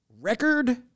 record